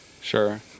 sure